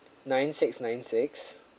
nine six nine six